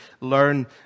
learn